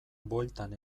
bueltan